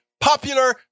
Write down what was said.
popular